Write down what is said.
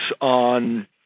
on